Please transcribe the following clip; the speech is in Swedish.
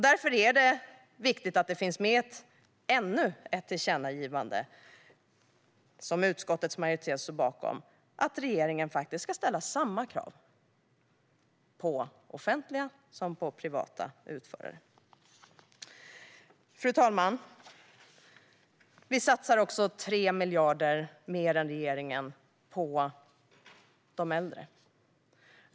Därför är det viktigt att det finns med ännu ett tillkännagivande som utskottets majoritet står bakom om att regeringen ska ställa samma krav på offentliga som privata utförare. Fru talman! Vi vill också satsa 3 miljarder mer än regeringen på de äldre.